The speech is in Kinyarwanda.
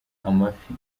amafi